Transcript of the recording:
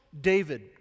David